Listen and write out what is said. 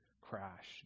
crash